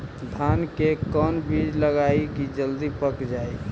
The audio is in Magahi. धान के कोन बिज लगईयै कि जल्दी पक जाए?